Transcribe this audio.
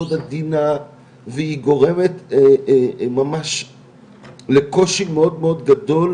עדינה והיא גורמת ממש לקושי מאוד מאוד גדול